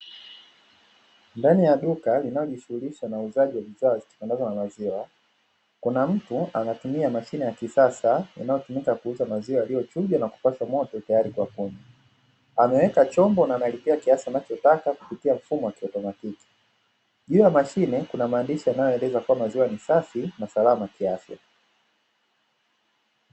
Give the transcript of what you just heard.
Ndani ya duka linalojishughulisha na uuzaji wa bidhaa zitokanazo na maziwa, kuna mtu anatumia mashine ya kisasa inayotumika kuuza maziwa yalichunjwa na kupashwa moto tayari kwa kunywa, ameweka chombo na analipia kiasi anachotaka kupitia mfumo wa kiautomatiiki juu ya mashine kuna maandishi yanayoeleza kuwa maziwa ni safi na salama kiafya.